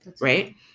Right